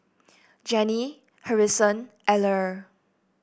Jenny Harrison Eller